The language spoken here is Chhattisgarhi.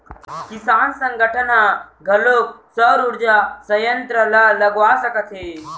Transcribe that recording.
किसान संगठन ह घलोक सउर उरजा संयत्र ल लगवा सकत हे